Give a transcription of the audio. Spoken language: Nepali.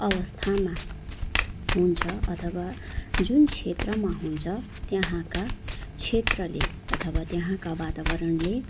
अवस्थामा हुन्छ अथवा जुन क्षेत्रमा हुन्छ त्यहाँका क्षेत्रले अथवा त्यहाँका वातावरणले